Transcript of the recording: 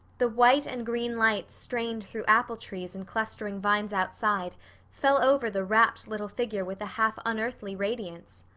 the white and green light strained through apple trees and clustering vines outside fell over the rapt little figure with a half-unearthly radiance.